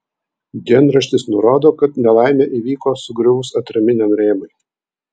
dienraštis nurodo kad nelaimė įvyko sugriuvus atraminiam rėmui